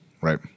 right